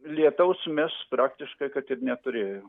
lietaus mes praktiškai kad ir neturėjom